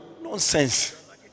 Nonsense